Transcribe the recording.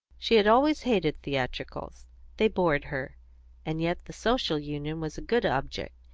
she had always hated theatricals they bored her and yet the social union was a good object,